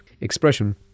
expression